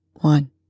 One